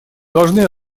должны